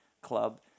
club